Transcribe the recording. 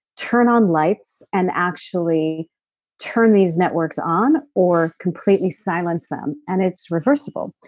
turn on lights and actually turn these networks on or completely silence them and it's reversible.